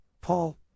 Paul